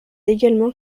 également